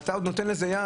אותה עוד נותן לזה יד?